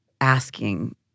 asking